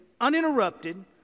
uninterrupted